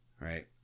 right